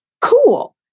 cool